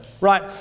Right